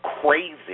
crazy